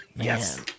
Yes